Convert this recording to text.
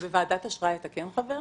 בוועדת אשראי אתה כן חבר?